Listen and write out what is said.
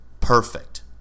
perfect